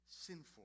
sinful